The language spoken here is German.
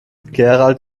gerald